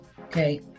okay